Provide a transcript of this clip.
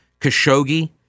Khashoggi